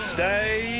Stay